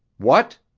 what?